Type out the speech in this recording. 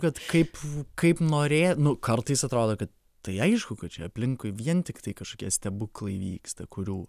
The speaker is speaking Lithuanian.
kad kaip kaip norė nu kartais atrodo kad tai aišku kad čia aplinkui vien tiktai kažkokie stebuklai vyksta kurių